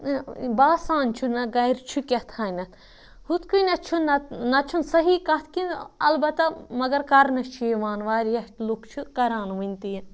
باسان چھُ نہ گَرِ چھُ کیٛاہ تھانٮ۪تھ ہُتھ کٔنٮ۪تھ چھُنہٕ نَتہٕ نَتہٕ چھُنہٕ صحیح کَتھ کہِ البتہ مگر کَرنہٕ چھِ یِوان واریاہ لُکھ چھِ کَران وٕنہِ تہِ یہِ